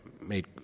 made